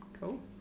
cool